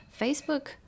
facebook